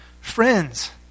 Friends